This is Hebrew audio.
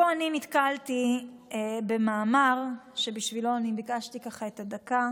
פה אני נתקלתי במאמר שבשבילו ביקשתי את הדקה.